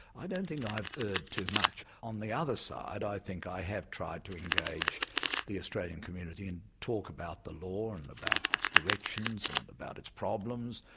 i don't think i've erred too much. on the other side i think i have tried to engage the australian community and talk about the law and about its directions and about its problems,